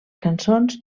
cançons